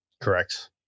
Correct